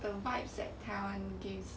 the vibes that taiwan gives me